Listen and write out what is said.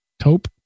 Taupe